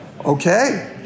Okay